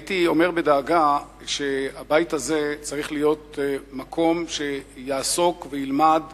הייתי אומר בדאגה שהבית הזה צריך להיות מקום שיעסוק וילמד